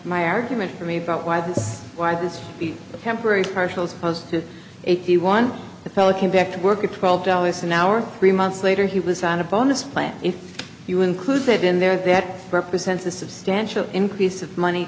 my argument for me about why this why this should be temporary partials opposed to eighty one the fella came back to work at twelve dollars an hour three months later he was on a bonus plan if you include it in there that represents a substantial increase of money